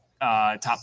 top